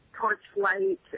Torchlight